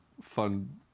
fun